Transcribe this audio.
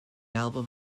album